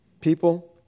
People